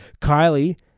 Kylie